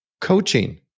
Coaching